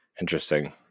Interesting